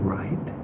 right